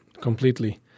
completely